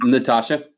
Natasha